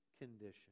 condition